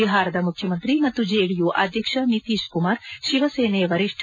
ಬಿಹಾರದ ಮುಖ್ಯಮಂತ್ರಿ ಮತ್ತು ಜೆಡಿಯು ಅಧ್ಯಕ್ಷ ನಿತೀಶ್ ಕುಮಾರ್ ಶಿವಸೇನೆ ವರಿಷ್ಣ